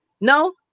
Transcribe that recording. No